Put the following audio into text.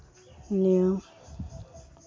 ᱱᱤᱭᱟᱹ